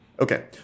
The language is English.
Okay